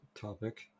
topic